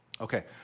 Okay